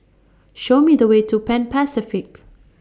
Show Me The Way to Pan Pacific